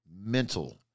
mental